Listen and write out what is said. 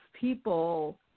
people